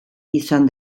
izan